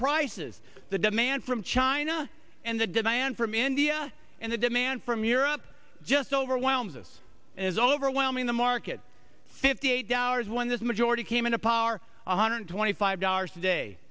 prices the demand from china and the demand from india and the demand from europe just overwhelms us is overwhelming the market fifty eight dollars when this majority came into power one hundred twenty five dollars a day